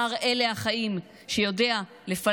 מר "אלה החיים" יודע לפלג,